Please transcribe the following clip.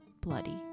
bloody